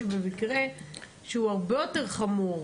שבמקרה שהוא הרבה יותר חמור,